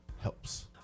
helps